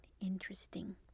interesting